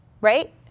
right